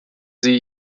sie